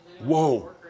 Whoa